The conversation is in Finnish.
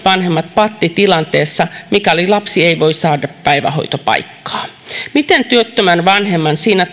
vanhemmat pattitilanteessa mikäli lapsi ei voi saada päivähoitopaikkaa miten työttömän vanhemman siinä